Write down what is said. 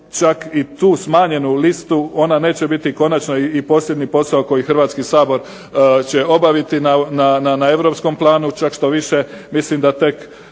čak i tu smanjenu listu, ona neće biti konačna i posebni posao koji Hrvatski sabor će obaviti na europskom planu. Čak štoviše mislim da tek